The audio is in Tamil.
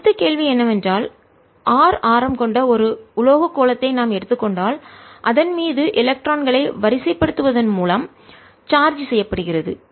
அடுத்த கேள்வி என்னவென்றால் R ஆரம் கொண்ட ஒரு உலோக கோளத்தை நாம் எடுத்துக் கொண்டால் அதன் மீது எலக்ட்ரான்களை வரிசை படுத்துவதன் மூலம் இணைப்பதன் சார்ஜ் செய்யப்படுகிறது